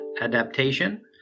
adaptation